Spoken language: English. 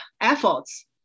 efforts